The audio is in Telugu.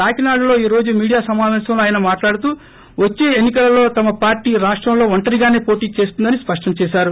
కాకినాడలో ఈ రోజు మీడియోసమాపేశంలో ఆయన మాట్లాడుతూ వచ్సే ఎన్ని కలలో తమ పార్టీ రాష్టం లో ఒంటరిగాసే పోటిచేస్తుందని సృష్టం చేసారు